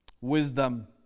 wisdom